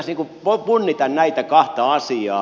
kannattaisi punnita näitä kahta asiaa